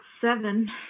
seven